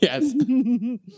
Yes